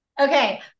Okay